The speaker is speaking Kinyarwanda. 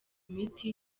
imiti